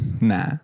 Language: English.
Nah